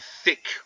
thick